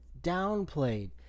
downplayed